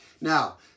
Now